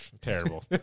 Terrible